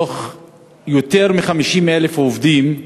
מתוך יותר מ-50,000 עובדים,